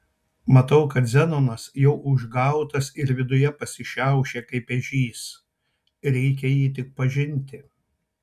matau kad zenonas jau užgautas ir viduje pasišiaušė kaip ežys reikia jį tik pažinti